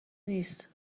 نیست